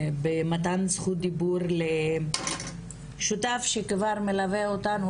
במתן זכות דיבור לשותף שכבר מלווה אותנו,